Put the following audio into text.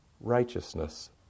righteousness